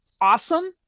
awesome